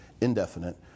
indefinite